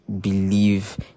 believe